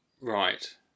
Right